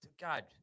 God